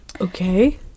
Okay